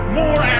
more